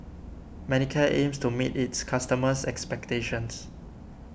Manicare aims to meet its customers' expectations